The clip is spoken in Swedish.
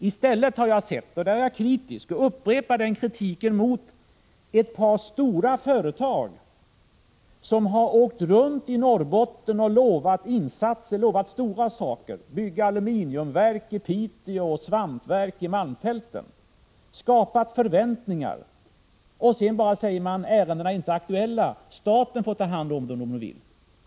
I stället har jag sett — den kritiken upprepar jag — ett par stora företag som har åkt runt i Norrbotten och lovat stora saker, att bygga aluminiumverk i Piteå och järnsvampverk i malmfälten, och därigenom skapat förväntningar. Sedan har de bara sagt: Ärendena är inte aktuella, staten får ta hand om dem om den vill.